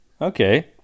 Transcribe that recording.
Okay